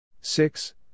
Six